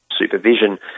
supervision